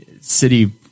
city